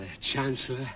chancellor